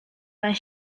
pan